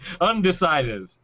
Undecided